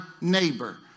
neighbor